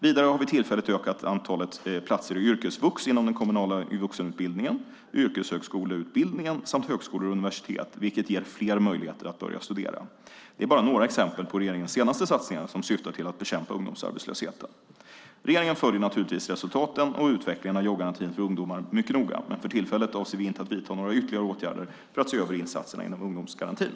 Vidare har vi tillfälligt utökat antalet platser i yrkesvux inom den kommunala vuxenutbildningen, yrkeshögskoleutbildningen samt högskolor och universitet, vilket ger fler möjlighet att börja studera. Detta är bara några exempel på regeringens senaste satsningar som syftar till att bekämpa ungdomsarbetslösheten. Regeringen följer naturligtvis resultaten och utvecklingen av jobbgarantin för ungdomar mycket noga, men för tillfället avser vi inte att vidta några ytterligare åtgärder för att se över insatserna inom ungdomsgarantin.